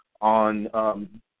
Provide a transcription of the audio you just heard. on –